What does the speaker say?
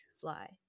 fly